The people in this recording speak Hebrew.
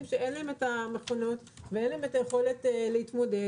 שאין להם המכונות ואין להם היכולת להתמודד?